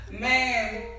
Man